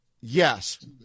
yes